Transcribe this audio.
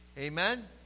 Amen